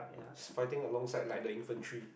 is fighting along side like the infantry